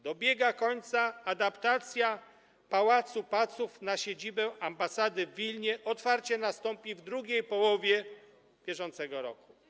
Dobiega końca adaptacja pałacu Paców na siedzibę ambasady w Wilnie, otwarcie nastąpi w II połowie bieżącego roku.